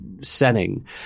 setting